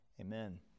Amen